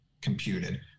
computed